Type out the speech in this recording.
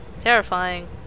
terrifying